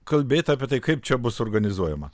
kalbėt apie tai kaip čia bus organizuojama